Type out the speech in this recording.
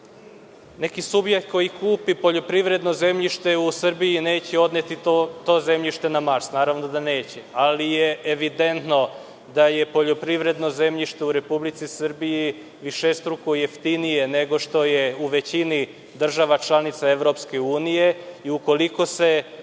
neki subjekt koji kupi poljoprivredno zemljište u Srbiji neće odneti to zemljište na Mars. Naravno da neće. Ali je evidentno da je poljoprivredno zemljište u Republici Srbiji višestruko jeftinije nego što je u većini država članica EU i ukoliko se